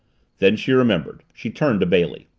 then she remembered. she turned to bailey.